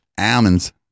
Almonds